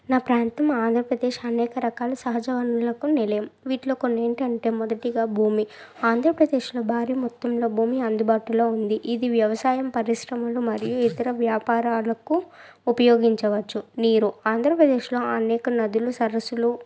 నా ప్రాంతం ఆంధ్రప్రదేశ్ అనేక రకాల సహజ వనరులకు నిలయం వీటిలో కొన్నేంటంటే మొదటిగా భూమి ఆంధ్రప్రదేశ్లో భారీ మొత్తంలో భూమి అందుబాటులో ఉంది ఇది వ్యవసాయం పరిశ్రమలు మరియు ఇతర వ్యాపారాలకు ఉపయోగించవచ్చు నీరు ఆంధ్రప్రదేశ్లో అనేక నదులు సరస్సులు